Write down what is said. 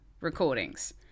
recordings